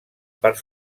part